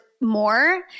more